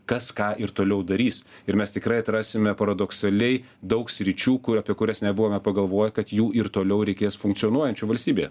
kas ką ir toliau darys ir mes tikrai atrasime paradoksaliai daug sričių kur apie kurias nebuvome pagalvoję kad jų ir toliau reikės funkcionuojančių valstybėje